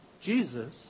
Jesus